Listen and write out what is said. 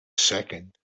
second